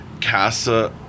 Casa